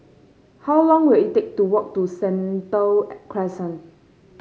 how long will it take to walk to Sentul Crescent